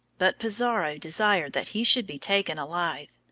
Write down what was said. but pizarro desired that he should be taken alive,